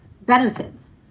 benefits